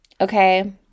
okay